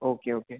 okay okay